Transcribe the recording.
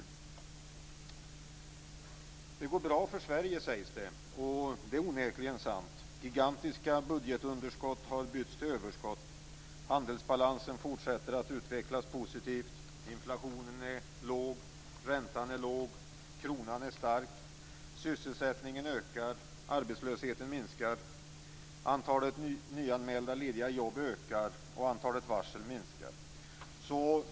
Det går bra för Sverige, sägs det. Det är onekligen sant. Gigantiska budgetunderskott har förbytts i överskott. Handelsbalansen fortsätter att utvecklas positivt. Inflationen är låg. Räntan är låg. Kronan är stark. Sysselsättningen ökar och arbetslösheten minskar. Antalet nyanmälda lediga jobb ökar och antalet varsel minskar.